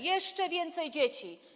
Jeszcze więcej dzieci!